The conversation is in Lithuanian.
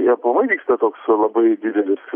aplamai vyksta toks labai didelis